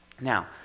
Now